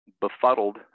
befuddled